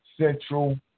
Central